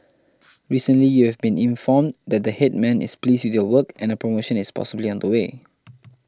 recently you have been informed that the Headman is pleased with your work and a promotion is possibly on the way